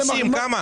תגיד לי כמה.